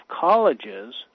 colleges